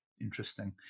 interesting